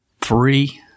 three